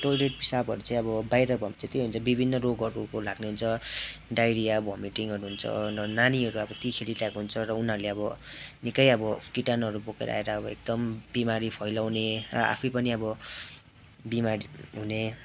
toilet पिसाबाहरू चाहिँ अब बाहिर भयो भने चाहिँ त्यही हुन्छ विभिन्न रोगहरू लाग्ने हुन्छ डाइरिया भमिटिङहरू हुन्छ नानीहरू अब त्यहीँ खेलिरहेको हुन्छ उनीहरूले अब निक्कै अब किटाणुहरू बोकेर आएर एकदम बिमारी फैलाउने र आफै पनि अब बिमार हुने